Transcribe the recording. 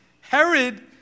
Herod